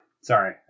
Sorry